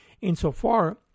insofar